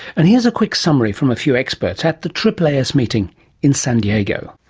and here's a quick summary from a few experts at the aaas meeting in san diego.